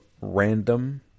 random